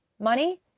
money